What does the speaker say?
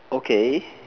okay